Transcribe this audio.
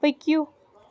پٔکِو